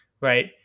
Right